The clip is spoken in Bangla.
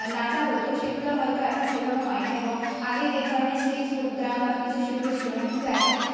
নাচা হত সেগুলো হয়তো এখন সেভাবে হয় না এবং আগে যে ধরনের স্টেজ পোগ্রাম বা কিছু সেগুলো ছিলো না কিন্তু এখন